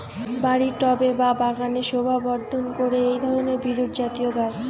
বাড়ির টবে বা বাগানের শোভাবর্ধন করে এই ধরণের বিরুৎজাতীয় গাছ